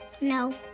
No